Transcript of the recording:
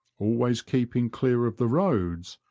always keeping clear of the roads,